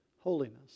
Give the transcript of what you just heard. Holiness